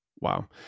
wow